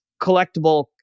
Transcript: collectible